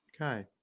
Okay